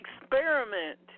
experiment